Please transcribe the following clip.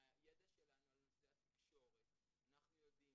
מהידע שלנו על נושא התקשורת אנחנו יודעים